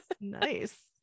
Nice